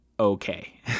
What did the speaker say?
Okay